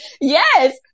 Yes